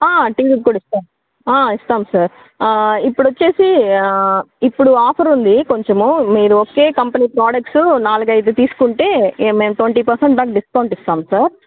ఆ టీవీకి కూడా ఇస్తారు ఆ ఇస్తాం సార్ ఇప్పుడు వచ్చి ఇప్పుడు ఆఫర్ ఉంది కొంచెము మీరు ఒకే కంపెనీ ప్రొడుక్ట్సు నాలుగైదు తీసుకుంటే మేం ట్వంటీ పర్సెంట్ దాకా డిస్కౌంట్ ఇస్తాం సార్